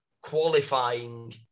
qualifying